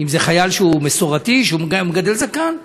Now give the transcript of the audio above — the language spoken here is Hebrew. אם חייל שהוא מסורתי שמגדל זקן.